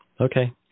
Okay